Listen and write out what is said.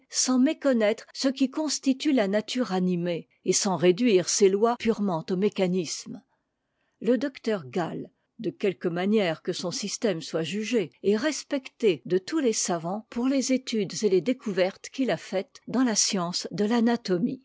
sans méconnaître ce qui constitue la nature animée et sans réduire ses lois purement au mécanisme le docteur gall de quelque manière que son système soit jugé est respecté de tous les savants pour les études et les découvertes qu'il a faites dans la science de l'anatomie